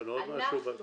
אנחנו,